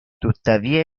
tuttavia